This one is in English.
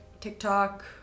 tiktok